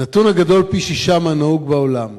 נתון הגדול פי-שישה מהנהוג בעולם.